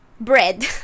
bread